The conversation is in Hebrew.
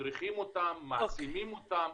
מדריכים אותם, מעצימים אותם.